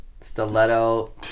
Stiletto